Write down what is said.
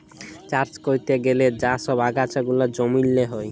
চাষ ক্যরতে গ্যালে যা ছব আগাছা গুলা জমিল্লে হ্যয়